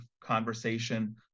conversation